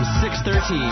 613